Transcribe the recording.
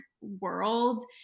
world